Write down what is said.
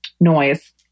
Noise